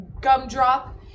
gumdrop